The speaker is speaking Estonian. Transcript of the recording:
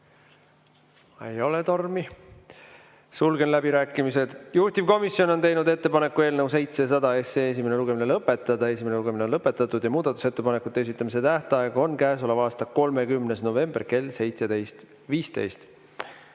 Ei ole tormi. Sulgen läbirääkimised. Juhtivkomisjon on teinud ettepaneku eelnõu 700 esimene lugemine lõpetada. Esimene lugemine on lõpetatud ja muudatusettepanekute esitamise tähtaeg on selle aasta 30. november kell 17.15.